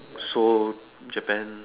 Seoul Japan